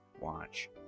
watch